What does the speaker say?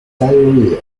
diarrhoea